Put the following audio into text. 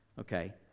Okay